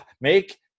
make